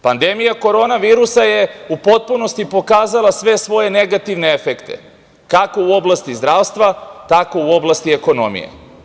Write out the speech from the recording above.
Pandemija korona virusa je u potpunosti pokazala sve svoje negativne efekte, kako u oblasti zdravstva, tako i u oblasti ekonomije.